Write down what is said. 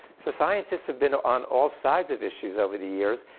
so scientists have been on all sides of issues over the years.